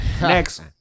Next